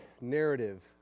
Narrative